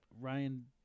Ryan